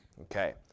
Okay